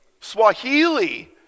Swahili